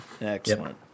Excellent